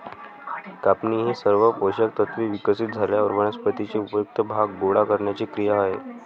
कापणी ही सर्व पोषक तत्त्वे विकसित झाल्यावर वनस्पतीचे उपयुक्त भाग गोळा करण्याची क्रिया आहे